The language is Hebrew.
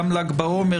גם ל"ג בעומר,